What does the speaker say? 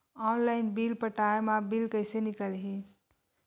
Online bill पटाय मा bill कइसे निकलही?